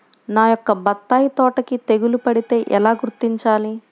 నా యొక్క బత్తాయి తోటకి తెగులు పడితే ఎలా గుర్తించాలి?